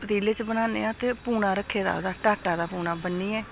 पतीले च बनाने आं ते पूना रक्खे दा ओह्दा टाटा दा पूना बन्नियै